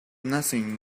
nothing